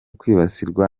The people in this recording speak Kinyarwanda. kwibasirwa